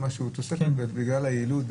בגלל היעילות,